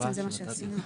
בעצם זה מה שעשינו עכשיו.